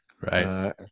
Right